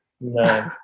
No